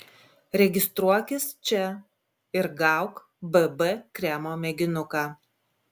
registruokis čia ir gauk bb kremo mėginuką